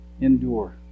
Endure